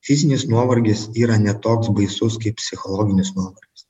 fizinis nuovargis yra ne toks baisus kaip psichologinis nuovargis